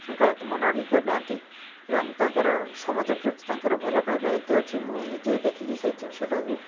କାହାକୁ ମନା ବି କରିନାହାନ୍ତି ଏବଂ ତାଙ୍କର ସମାଜ ପ୍ରତି ତାଙ୍କର ଭଲ ପାଇବା ଏତେ ଅଛି ମୁଁ ନିଜେ ଦେଖିଲି ସେ ଜିନିଷଟାକୁ